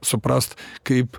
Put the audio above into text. suprast kaip